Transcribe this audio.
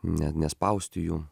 net nespausti jų